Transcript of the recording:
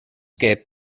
que